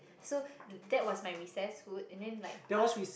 so that was my recess food and then like ask